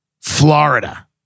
Florida